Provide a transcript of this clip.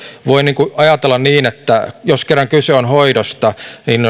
voi ajatella niin kyse on hoidosta